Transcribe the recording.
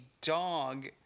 dog